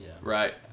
Right